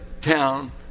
town